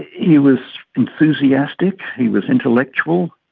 he was enthusiastic, he was intellectual,